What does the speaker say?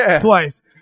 twice